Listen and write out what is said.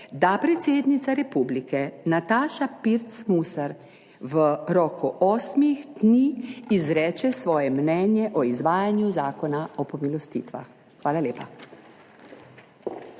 da predsednica Republike, Nataša Pirc Musar v roku osmih dni izreče svoje mnenje o izvajanju Zakona o pomilostitvah. Hvala lepa.